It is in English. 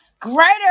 greater